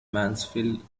mansfield